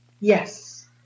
Yes